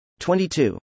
22